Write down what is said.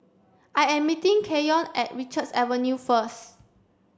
I am meeting Keyon at Richards Avenue first